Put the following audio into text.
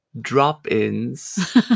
drop-ins